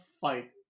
fight